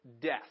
death